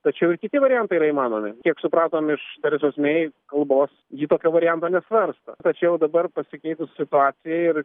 tačiau ir kiti variantai yra įmanomi kiek supratom iš terezos mei kalbos ji tokio varianto nesvarsto tačiau dabar pasikeitus situacijai ir